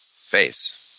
face